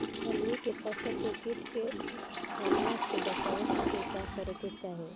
हमनी के फसल के कीट के हमला से बचावे खातिर का करे के चाहीं?